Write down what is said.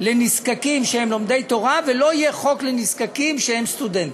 לנזקקים שהם לומדי תורה ולא יהיה חוק לנזקקים שהם סטודנטים.